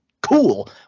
cool